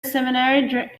seminary